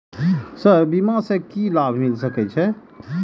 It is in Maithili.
सर बीमा से की लाभ मिल सके छी?